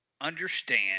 understand